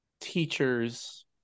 teachers